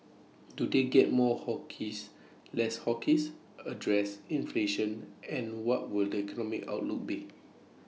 do they get more hawkish less hawkish address inflation and what will the economic outlook be